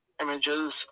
images